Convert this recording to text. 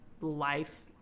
life